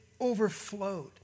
overflowed